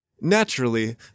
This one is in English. Naturally